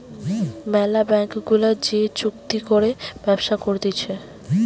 ম্যালা ব্যাঙ্ক গুলা যে চুক্তি করে ব্যবসা করতিছে